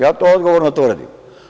Ja to odgovorno tvrdim.